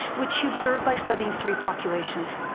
which he observed by studying three populations.